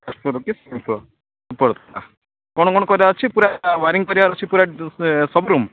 ଉପର କି ଉପର ତାଲା କ'ଣ କ'ଣ କରିବାର ଅଛି ପୁରା ଓୟାରିଂ କରିବାର ଅଛି ପୁରା ସେ ସବୁ ରୁମ୍